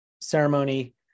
ceremony